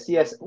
Yes